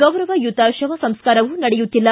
ಗೌರವಯುತ ಶವ ಸಂಸ್ಕಾರವೂ ನಡೆಯುತ್ತಿಲ್ಲ